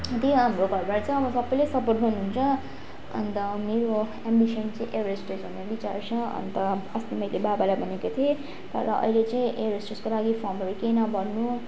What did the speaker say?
त्यही हो हाम्रो घरबाट चाहिँ अब सबैले सपोर्ट गर्नुहुन्छ अन्त मेरो एम्बिसन चाहिँ एयर होस्टेज हुने विचार छ अन्त अस्ति मेलै बाबालाई भनेको थिएँ तर अहिले चाहिँ एयर होस्टेजको लागि फर्महरू केही नभर्नु